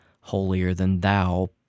holier-than-thou